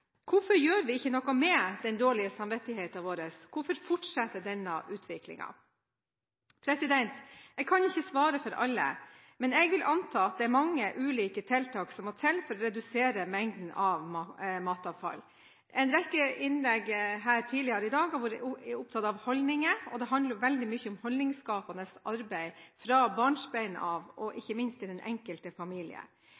Hvorfor gjør vi ikke noe med den dårlige samvittigheten vår? Hvorfor fortsetter denne utviklingen? Jeg kan ikke svare for alle, men jeg vil anta at det er mange ulike tiltak som må til for å redusere mengden matavfall. En rekke innlegg tidligere her i dag har vært opptatt av holdninger, og det handler veldig mye om holdningsskapende arbeid, fra barnsben av og